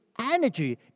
energy